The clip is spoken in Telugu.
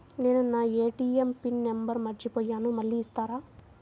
నేను నా ఏ.టీ.ఎం పిన్ నంబర్ మర్చిపోయాను మళ్ళీ ఇస్తారా?